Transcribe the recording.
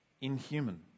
inhuman